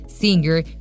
singer